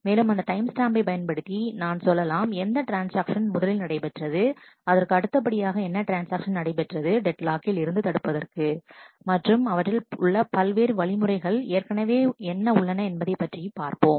மேலும் அந்த டைம் ஸ்டாம்பை பயன்படுத்தி நான் சொல்லலாம் எந்த ட்ரான்ஸ்ஆக்ஷன் முதலில் நடைபெற்றது அதற்கு அடுத்த படியாக என்ன ட்ரான்ஸ்ஆக்ஷன் நடைபெற்றது டெட் லாக்கில் இருந்து தடுப்பதற்கு மற்றும் அவற்றில் உள்ள பல்வேறு வழிமுறைகள் ஏற்கனவே என்ன உள்ளன என்பதை பற்றி பார்ப்போம்